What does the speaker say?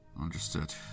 Understood